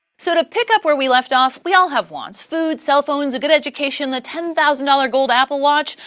so to pick up where we left off, we all have wants. food, cell phones, a good education, a ten thousand dollars gold apple watch,